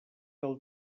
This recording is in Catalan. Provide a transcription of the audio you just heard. del